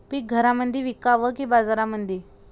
पीक घरामंदी विकावं की बाजारामंदी?